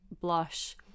Blush